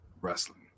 wrestling